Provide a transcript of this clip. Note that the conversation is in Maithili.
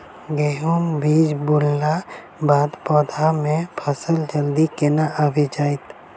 गेंहूँ बीज बुनला बाद पौधा मे फसल जल्दी केना आबि जाइत?